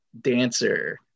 dancer